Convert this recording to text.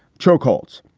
chokeholds,